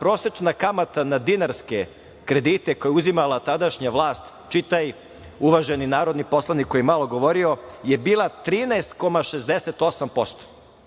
prosečna kamata na dinarske kredite koje je uzimala tadašnja vlast, čitaj uvaženi narodni poslanik koji je malopre govorio, je bila 13,68%.